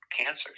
cancers